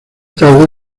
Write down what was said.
tarde